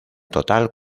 total